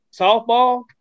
softball